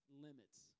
Limits